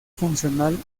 funcional